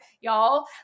y'all